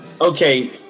Okay